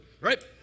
right